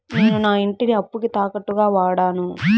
నేను నా ఇంటిని అప్పుకి తాకట్టుగా వాడాను